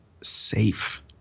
safe